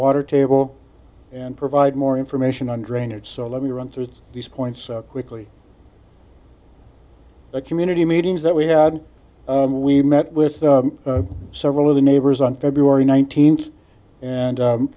water table and provide more information on drainage so let me run through these points quickly the community meetings that we had we met with several of the neighbors on february nineteenth and